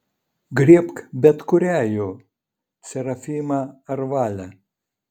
griebk bet kurią jų serafimą ar valę